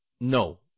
No